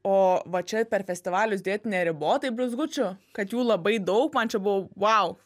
o va čia per festivalius dėt neribotai blizgučių kad jų labai daug man čia buvo vau